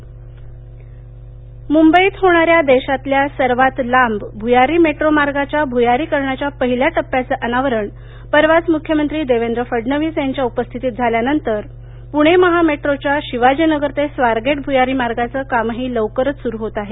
पणे मेटो मुंबईत होणाऱ्या देशातल्या सर्वात लांब भुयारी मेट्रो मार्गाच्या भुयारीकरणाच्या पहिल्या टप्प्याचं अनावरण परवाच मुख्यमंत्री देवेंद्र फडणवीस यांच्या उपस्थितीत झाल्यानंतर पूणे महा मेट्रोच्या शिवाजीनगर ते स्वारगेट भ्यारी मार्गाच कामही लौकरच सुरू होत आहे